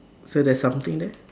so there's something there